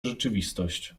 rzeczywistość